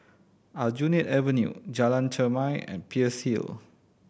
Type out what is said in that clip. Aljunied Avenue Jalan Chermai and Peirce Hill